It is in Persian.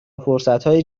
فرصتهای